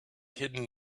hidden